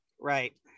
Right